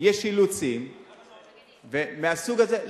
יש אילוצים מהסוג הזה.